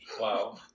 Wow